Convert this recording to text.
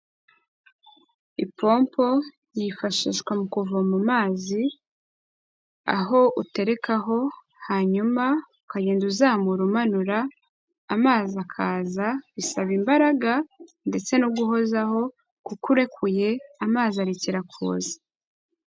Ipompo yifashishwa mu kuvoma mazi, aho uterekaho hanyuma ukagenda uzamura umanura amazi akaza, bisaba imbaraga ndetse no guhozaho kuko urekuye amazi arirekera kuza.